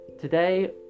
today